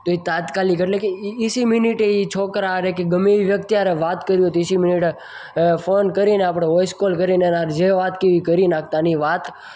તો એ તાત્કાલિક અટલે કે ઇ ઇસી મિનિટે એ છોકરા હારે કે ગમે એ વ્યક્તિ હારે વાત કરવી હોય તો ઇસી મિનિટે ફોન કરીને આપણે વોઇસ કોલ કરીને એના હારે જે વાત કહેવી એ કરી નાખતા ને એ વાત